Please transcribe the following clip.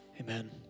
Amen